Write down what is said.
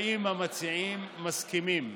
האם המציעים מסכימים?